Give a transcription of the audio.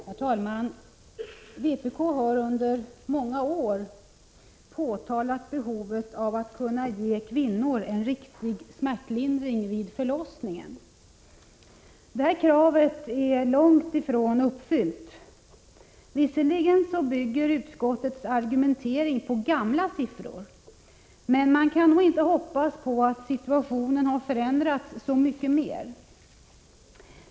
Herr talman! Vpk har under många år påpekat behovet av en riktig smärtlindring vid förlossningen. Det kravet är långt ifrån uppfyllt. Visserligen bygger utskottets argumentering på gamla siffror, men man kan nog inte hoppas på att situationen har förändrats så mycket mer.